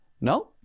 No